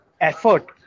effort